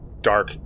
dark